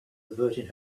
averting